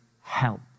help